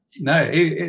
no